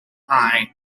high